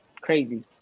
Crazy